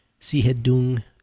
Sihedung